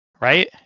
right